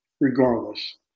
regardless